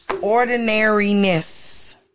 ordinariness